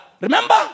remember